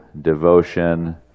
devotion